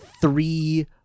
three